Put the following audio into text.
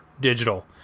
digital